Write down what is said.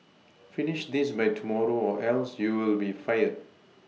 finish this by tomorrow or else you'll be fired